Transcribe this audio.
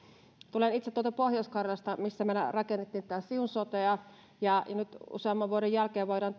tulen itse tuolta pohjois karjalasta missä meillä rakennettiin tätä siun sotea ja nyt useamman vuoden jälkeen voidaan